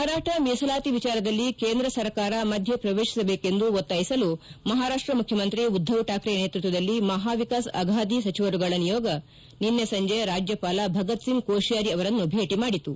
ಮರಾಠ ಮೀಸಲಾತಿ ವಿಚಾರದಲ್ಲಿ ಕೇಂದ್ರ ಸರ್ಕಾರ ಮಧ್ಯೆ ಪ್ರವೇತಿಸಬೇಕೆಂದು ಒತ್ತಾಯಿಸಲು ಮಹಾರಾಷ್ಟ ಮುಖ್ಯಮಂತ್ರಿ ಉದ್ಲವ್ ಠಾಕ್ರೆ ನೇತೃತ್ವದಲ್ಲಿ ಮಹಾವಿಕಾಸ್ ಆಗಾಧಿ ಸಚಿವರುಗಳ ನಿಯೋಗ ನಿನ್ನೆ ಸಂಜೆ ರಾಜ್ಯಪಾಲ ಭಗತ್ಸಿಂಗ್ ಕೋಷಿಯಾರಿ ಅವರನ್ನು ಭೇಟಿ ಮಾಡಿತು